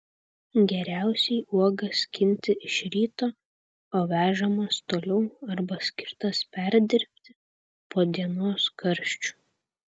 geriausiai uogas skinti iš ryto o vežamas toliau arba skirtas perdirbti po dienos karščių